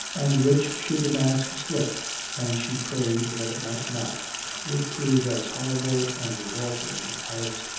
and which, should the mask slip and she prayed that it might not would prove as horrible and revolting as